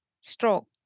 stroke